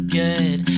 good